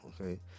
okay